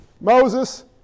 Moses